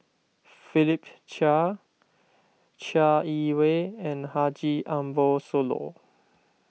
Philip Chia Chai Yee Wei and Haji Ambo Sooloh